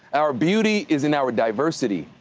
our beauty is in our diversity.